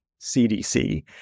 CDC